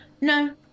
No